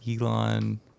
Elon